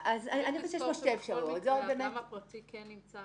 צריך לזכור שבכל מקרה האדם הפרטי כן נמצא